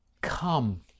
Come